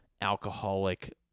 alcoholic